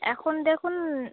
এখন দেখুন